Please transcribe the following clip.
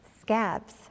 scabs